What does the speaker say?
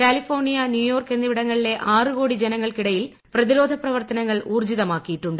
California New York എന്നിവിടങ്ങളിലെ ആറുകോടി ജനങ്ങൾക്കിടയിൽ പ്രതിരോധ പ്രവർത്തനങ്ങൾ ഊർജ്ജിതമാക്കിയിട്ടുണ്ട്